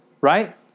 right